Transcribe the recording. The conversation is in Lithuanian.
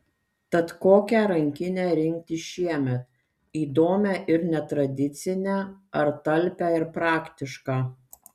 tad kokią rankinę rinktis šiemet įdomią ir netradicinę ar talpią ir praktišką